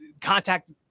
contact